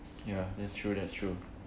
ya that's true that's true